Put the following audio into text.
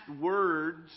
words